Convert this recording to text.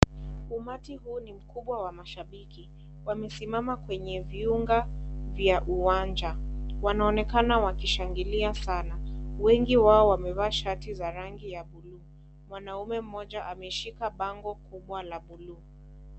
Umati huu ni mkubwa wa mashabiki. Wamesimama kwenye viunga vya uwanja. Wanaonekana wakishangilia sana. Wengi wao wamevaa shati za rangi ya buluu. Mwanamme mmoja ameshika bango kubwa la buluu.